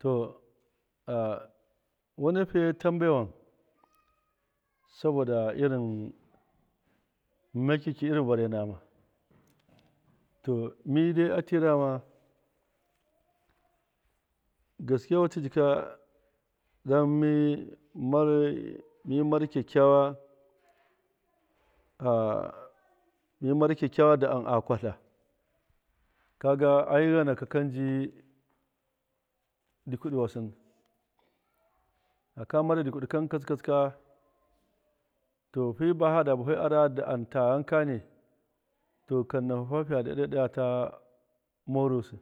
To aa want filyd tambai wan saboda irin makgaki lrin nima to midaia trilama gaskiya watil dilka don mi mar kyakkgawa aa mimar kyakkyawa ndaan kaga ai ghanaki kan jii dikwi di wast faka mara dikwidi kan katsikatsina to fii baa fada butium ndaan to ken naguka taa dada dadaga taa morast